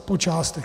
Po částech.